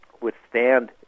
withstand